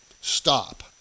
stop